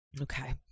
Okay